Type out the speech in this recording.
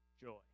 joy